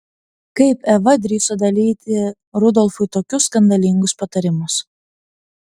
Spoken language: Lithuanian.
kaip eva drįso dalyti rudolfui tokius skandalingus patarimus